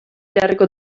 jarriko